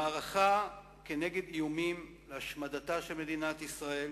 המערכה כנגד איומים להשמיד את מדינת ישראל,